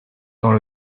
dans